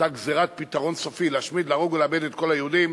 אותה גזירת פתרון סופי לאבד ולהרוג את כל היהודים,